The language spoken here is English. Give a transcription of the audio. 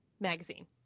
magazine